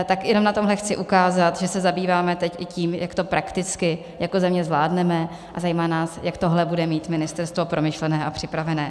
Tak jenom na tomto chci ukázat, že se zabýváme teď i tím, jak to prakticky jako země zvládneme, a zejména jak tohle bude mít ministerstvo promyšlené a připravené.